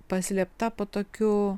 paslėpta po tokių